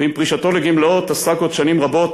ועם פרישתו לגמלאות עסק עוד שנים רבות,